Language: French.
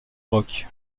rock